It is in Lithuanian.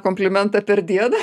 komplimentą per dieną